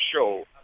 show